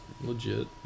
legit